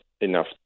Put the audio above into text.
enough